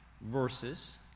verses